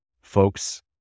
Folks